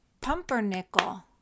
pumpernickel